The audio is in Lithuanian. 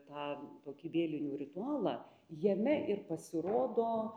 tą tokį vėlinių ritualą jame ir pasirodo